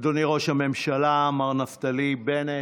אדוני ראש הממשלה מר נפתלי בנט,